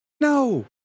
No